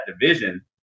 division